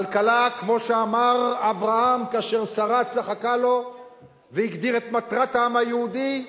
כלכלה כמו שאמר אברהם כאשר שרה צחקה לו והגדיר את מטרת העם היהודי: